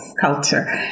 culture